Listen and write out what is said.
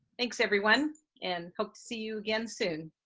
thanks everyone and hope to see you again soon.